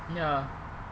ya